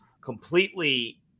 completely